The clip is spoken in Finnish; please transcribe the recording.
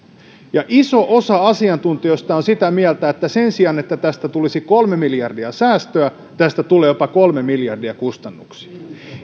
ja iso osa asiantuntijoista on sitä mieltä että sen sijaan että tästä tulisi kolme miljardia säästöä tästä tulee jopa kolme miljardia kustannuksia